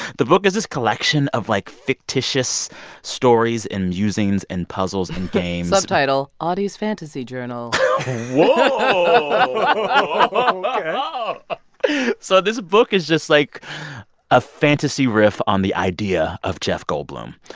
the book is this collection of, like, fictitious stories and musings and puzzles and games subtitle audie's fantasy journal whoa. um ah ok so this book is just like a fantasy riff on the idea of jeff goldblum.